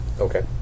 Okay